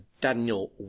Daniel